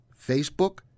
Facebook